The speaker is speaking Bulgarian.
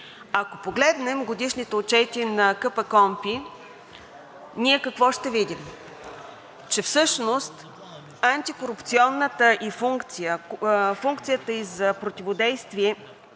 Ако погледнем годишните отчети на КПКОНПИ, какво ще видим? – Че всъщност антикорупционната ѝ функция, функцията ѝ за противодействие